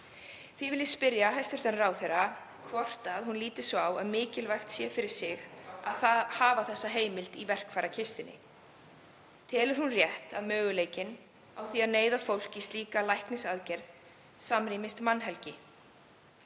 Því vil ég spyrja hæstv. ráðherra hvort hún líti svo á að mikilvægt sé fyrir hana að hafa þessa heimild í verkfærakistunni. Telur hún rétt að möguleikinn á því að neyða fólk í slíka læknisaðgerð samrýmist mannhelgi?